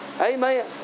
Amen